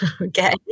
Okay